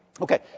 Okay